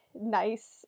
nice